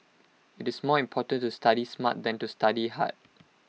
IT is more important to study smart than to study hard